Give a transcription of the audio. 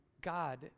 God